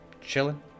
chilling